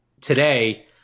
today